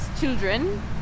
children